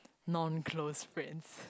non close friends